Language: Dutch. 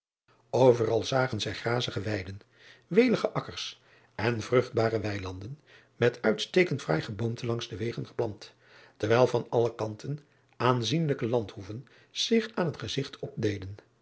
veral zagen zij grazige weiden welige akkers en vruchtbare weilanden met uitstekend fraai geboomte langs de wegen geplant terwijl van alle kanten aanzienlijke landhoeven zich aan het gezigt opdeden